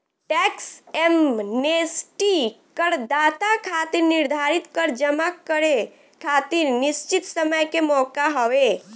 tax amnesty करदाता खातिर निर्धारित कर जमा करे खातिर निश्चित समय के मौका हवे